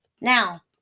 now